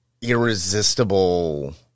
irresistible